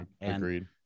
Agreed